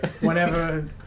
Whenever